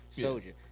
soldier